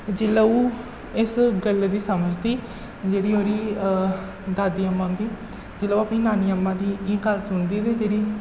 जिसलै ओह् इस गल्ला गी समझदी जेह्ड़ी ओह्दी दादी अम्मां दी जेल्लै ओह् अपनी नानी अम्मा दी गल्ल सुनदी ते जेह्ड़ी